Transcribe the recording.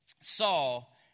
Saul